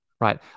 right